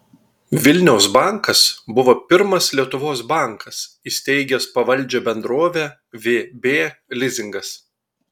vilniaus bankas buvo pirmas lietuvos bankas įsteigęs pavaldžią bendrovę vb lizingas